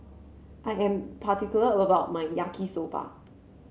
I am particular about my Yaki Soba